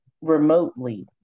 remotely